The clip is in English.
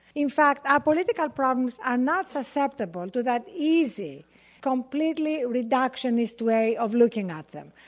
in fact our political problems are not susceptible to that easy completely reductionist way of looking at them.